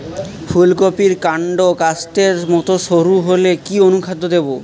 ফুলকপির কান্ড কাস্তের মত সরু হলে কি অনুখাদ্য দেবো?